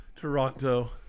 Toronto